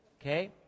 Okay